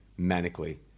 manically